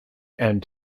and